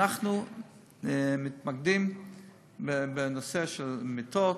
אנחנו מתמקדים בנושא של מיטות,